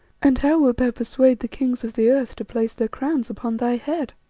and how wilt thou persuade the kings of the earth to place their crowns upon thy head?